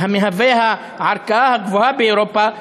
שהוא הערכאה הגבוהה באירופה,